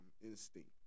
instinct